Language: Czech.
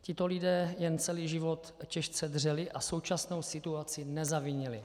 Tito lidé jen celý život těžce dřeli a současnou situaci nezavinili.